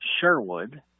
Sherwood